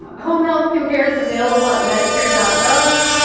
ah home health compare is available at medicare and gov.